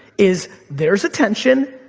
is there's attention,